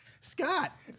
Scott